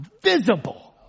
visible